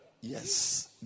Yes